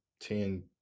ten